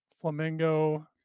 flamingo